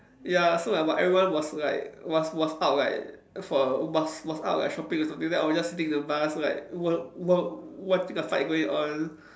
ya so like everyone was like was was out like for was was out like shopping or something then I was just sitting in the bus like wa~ wa~ watching a fight going on